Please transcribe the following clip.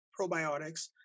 probiotics